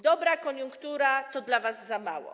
Dobra koniunktura to dla was za mało.